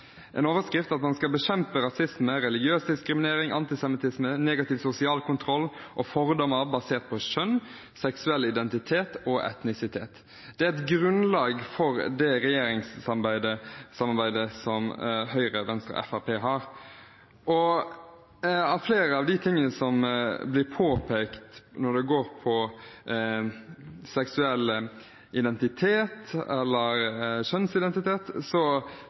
en overskrift at man skal bekjempe rasisme, religiøs diskriminering, antisemittisme, negativ sosial kontroll og fordommer basert på kjønn, seksuell identitet og etnisitet. Det er grunnlaget for det regjeringssamarbeidet som Høyre, Venstre og Fremskrittspartiet har. Flere av de tingene som blir påpekt når det gjelder seksuell identitet eller kjønnsidentitet,